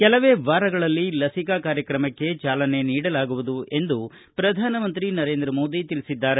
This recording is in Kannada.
ಕೆಲವೇ ವಾರಗಳಲ್ಲಿ ಲಸಿಕಾ ಕಾರ್ಯಕ್ರಮಕ್ಕೆ ಜಾಲನೆ ನೀಡಲಾಗುವುದು ಎಂದು ಪ್ರಧಾನಿ ನರೇಂದ್ರ ಮೋದಿ ತಿಳಿಸಿದ್ದಾರೆ